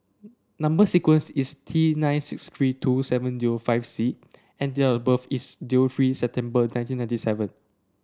number sequence is T nine six three two seven zero five C and date of birth is three September nineteen ninety seven